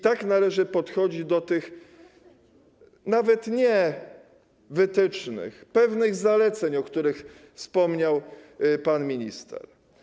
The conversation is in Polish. Tak należy podchodzić do tych nawet nie wytycznych, a pewnych zaleceń, o których wspomniał pan minister.